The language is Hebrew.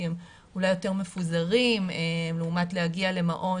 כי הם אולי יותר מפוזרים לעומת להגיע למעון